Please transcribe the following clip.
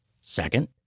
Second